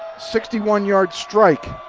sixty one yard strike.